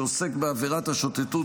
שעוסק בעבירת השוטטות,